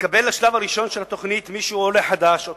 יתקבל לשלב הראשון של התוכנית מי שהוא עולה חדש או